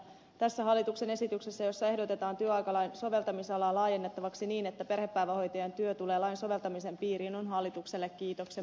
tässä hallituksen esityksessä jossa ehdotetaan työaikalain soveltamisalaa laajennettavaksi niin että perhepäivähoitajan työ tulee lain soveltamisen piiriin on hallitukselle kiitoksen paikka